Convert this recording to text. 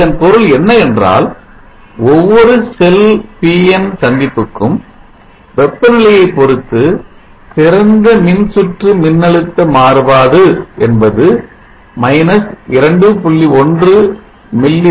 இதன் பொருள் என்ன என்றால் ஒவ்வொரு செல் PN சந்திப்புக்கும் வெப்பநிலையைப் பொறுத்து திறந்த மின்சுற்று மின்னழுத்த மாறுபாடு என்பது 2